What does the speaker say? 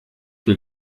will